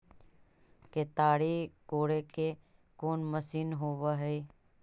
केताड़ी कोड़े के कोन मशीन होब हइ?